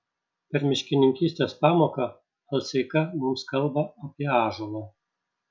per miškininkystės pamoką alseika mums kalba apie ąžuolą